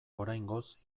oraingoz